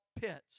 pits